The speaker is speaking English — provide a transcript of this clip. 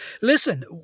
Listen